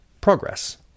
progress